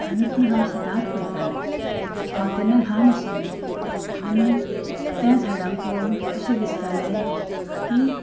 आनी तीं हांव सदांच पयतालें हांव तेन्ना ल्हान आशिल्लें आनी त्या झाडांक पळोवन अशें दिसतालें की